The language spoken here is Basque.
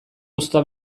uzta